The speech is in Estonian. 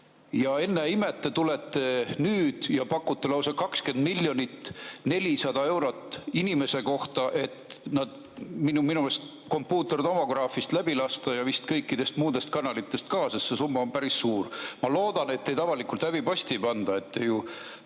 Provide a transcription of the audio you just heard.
Ja ennäe imet, te tulete nüüd ja pakute lausa 20 miljonit, 400 eurot inimese kohta, et nad minu arust kompuutertomograafist läbi lasta ja vist kõikidest muudest [seadmetest] ka, sest see summa on päris suur. Ma loodan, et neid avalikult häbiposti ei panda.